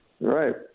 Right